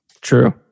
True